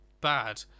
bad